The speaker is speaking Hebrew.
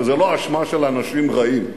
וזה לא אשמה של אנשים רעים.